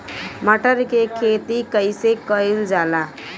मटर के खेती कइसे कइल जाला?